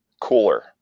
cooler